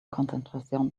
concentración